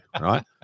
right